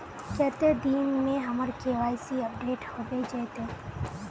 कते दिन में हमर के.वाई.सी अपडेट होबे जयते?